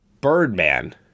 Birdman